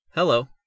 Hello